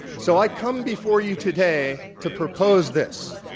so, i come before you today to propose this,